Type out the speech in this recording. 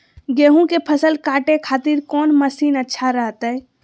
गेहूं के फसल काटे खातिर कौन मसीन अच्छा रहतय?